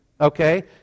Okay